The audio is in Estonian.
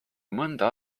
mõnda